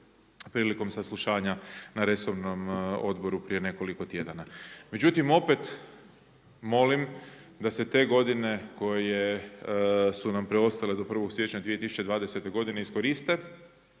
prilikom saslušanja na resornom odboru prije nekoliko tjedana. Međutim, opet molim da se te godine koje su nam preostale do 1. siječnja 2020. godine iskoriste,